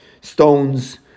stones